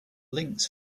links